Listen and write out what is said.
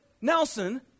Nelson